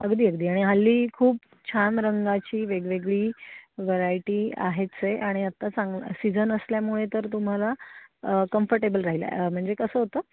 अगदी अगदी आणि हल्ली खूप छान रंगाची वेगवेगळी व्हरायटी आहेच आहे आणि आता चांग सीझन असल्यामुळे तर तुम्हाला कम्फर्टेबल राहील म्हणजे कसं होतं